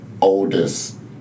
oldest